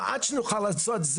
המעט שנוכל לעשות,